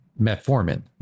metformin